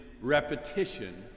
repetition